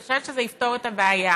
אני חושבת שזה יפתור את הבעיה.